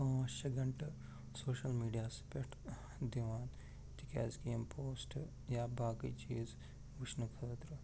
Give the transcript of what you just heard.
پانٛژھ شےٚ گنٛٹہٕ سوشَل میٖڈِیاہَس پٮ۪ٹھ دِوان تِکیٛازِ کہ یِم پوشٹ یا باقٕے چیٖز وُچھنہٕ خٲطرٕ